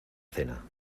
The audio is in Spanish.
cena